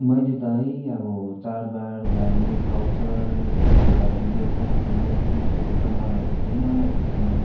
मैले त है अब चाडबाड धार्मिक अवसरको लागि देउताहरूको मूर्तिहरू त बनाएको छैन अहिलेसम्म